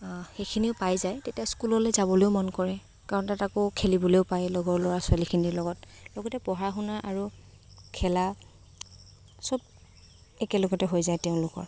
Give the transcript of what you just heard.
সেইখিনিও পাই যায় তেতিয়া স্কুললৈ যাবলৈয়ো মন কৰে কাৰণ তাত আকৌ খেলিবলৈও পায় লগৰ ল'ৰা ছোৱালীখিনিৰ লগত লগতে পঢ়া শুনা আৰু খেলা সব একেলগতে হৈ যায় তেওঁলোকৰ